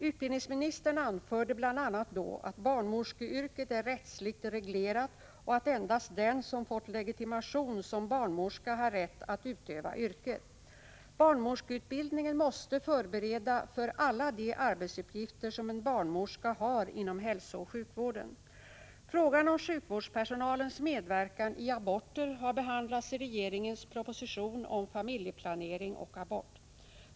Utbildningsministern anförde då bl.a. att barnmorskeyrket är rättsligt reglerat och att endast den som fått legitimation som barnmorska har rätt att utöva yrket. Barnmorskeutbildningen måste förbereda för alla de arbetsuppgifter som en barnmorska har inom hälsooch sjukvården. Frågan om sjukvårdspersonalens medverkan vid aborter har behandlats i regeringens proposition om familjeplanering och abort.